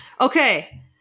Okay